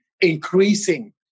increasing